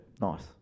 Nice